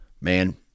man